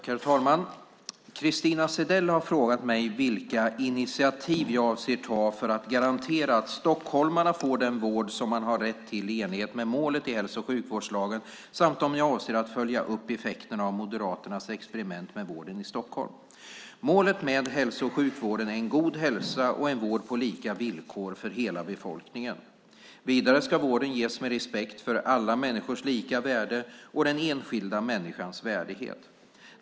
Herr talman! Christina Zedell har frågat mig vilka initiativ jag avser att ta för att garantera att stockholmarna får den vård som man har rätt till i enlighet med målet i hälso och sjukvårdslagen samt om jag avser att följa upp effekterna av Moderaternas experiment med vården i Stockholm. Målet för hälso och sjukvården är en god hälsa och en vård på lika villkor för hela befolkningen. Vidare ska vården ges med respekt för alla människors lika värde och den enskilda människans värdighet.